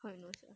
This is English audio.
how I know sia